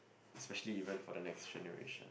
especially even for the next generation